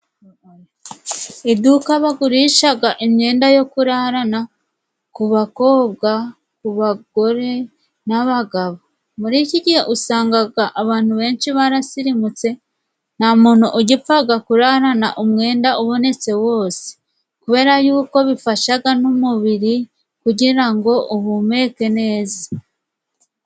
Iduka bagurishaga imyenda yo kurarana ku bakobwa ku bagore n'abagabo; muri iki gihe usangaga abantu benshi barasirimutse, nta muntu ugipfaga kurarana umwenda ubonetse wose, kubera yuko bifashaga n'umubiri kugira ngo uhumeke neza.